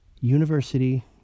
university